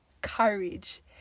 courage